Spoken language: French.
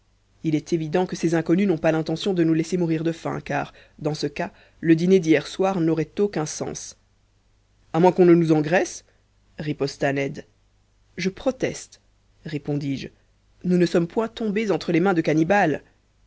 il est évident que ces inconnus n'ont pas l'intention de nous laisser mourir de faim car dans ce cas le dîner d'hier soir n'aurait aucun sens a moins qu'on ne nous engraisse riposta ned je proteste répondis-je nous ne sommes point tombés entre les mains de cannibales